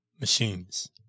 machines